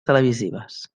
televisives